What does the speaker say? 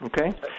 okay